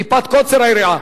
מפאת קוצר היריעה,